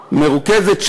מרוכזת.